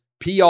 PR